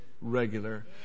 regular